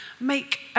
make